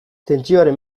tentsioaren